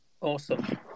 Awesome